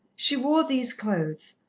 she wore these clothes,